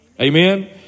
Amen